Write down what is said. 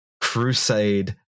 Crusade